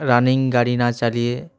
running গাড়ি না চালিয়ে